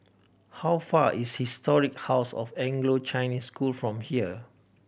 how far is Historic House of Anglo Chinese School from here